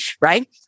right